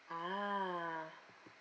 ah